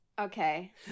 Okay